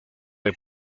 del